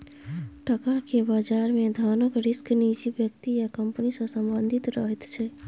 टका केर बजार मे धनक रिस्क निजी व्यक्ति या कंपनी सँ संबंधित रहैत छै